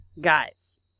guys